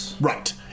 Right